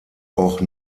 auch